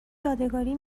یادگاری